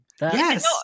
Yes